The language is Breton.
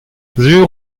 sur